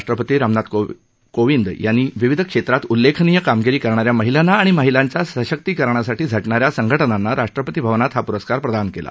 राष्ट्रपती रामनाथ कोविंद यांनी विविध क्षेत्रात उल्लेखनीय कामगिरी करणाऱ्या महिलांना आणि महिलांच्या सशक्तीकरणासाठी झ णाऱ्या संघ नांना राष्ट्रपती भवनात हा प्रस्कार प्रदान केला